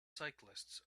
cyclists